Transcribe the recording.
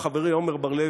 חברי עמר בר-לב,